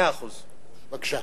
בבקשה.